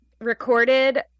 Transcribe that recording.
recorded